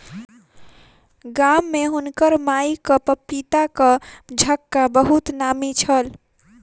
गाम में हुनकर माईक पपीताक झक्खा बहुत नामी छल